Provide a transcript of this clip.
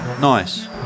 nice